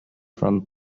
from